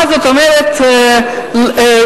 מה זאת אומרת אי-אפשר,